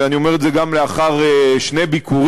ואני אומר את זה גם לאחר שני ביקורים,